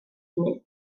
hynny